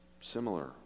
similar